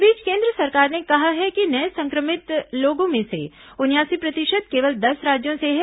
इस बीच केन्द्र सरकार ने कहा है कि नये संक्रमित लोगों में से उनयासी प्रतिशत केवल दस राज्यों से हैं